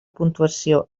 puntuació